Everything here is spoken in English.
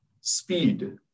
speed